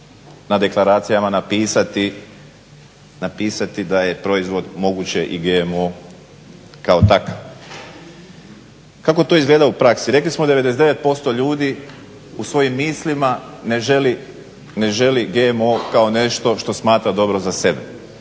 na deklaracijama napisati da je proizvod moguć i GMO kao takav. Kako to izgleda u praksi? Rekli smo 99% ljudi u svojim mislima ne želi GMO kao nešto što smatra dobro za sebe.